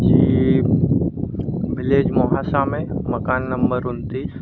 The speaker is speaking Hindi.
जी विलेज मोहासा में मकान नंबर उनतीस